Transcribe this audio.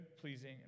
pleasing